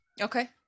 Okay